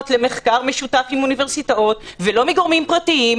למחקר משותף עם אוניברסיטאות ולא מגורמים פרטיים.